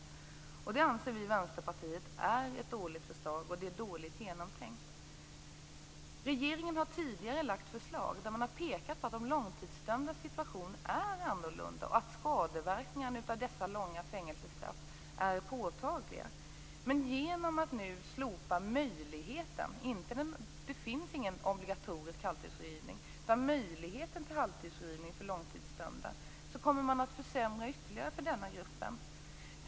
Det anser vi i Vänsterpartiet är ett dåligt förslag. Det är dåligt genomtänkt. Regeringen har tidigare lagt fram förslag där man har pekat på att de långtidsdömdas situation är annorlunda och att skadeverkningarna av dessa långa fängelsestraff är påtagliga. Det finns ingen obligatorisk halvtidsfrigivning. Genom att man slopar möjligheten till halvtidsfrigivning för långtidsdömda försämrar man ytterligare för den här gruppen.